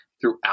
throughout